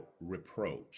reproach